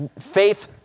Faith